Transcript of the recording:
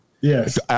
Yes